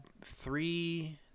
three